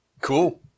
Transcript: Cool